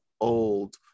old